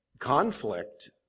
Conflict